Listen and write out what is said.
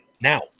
Now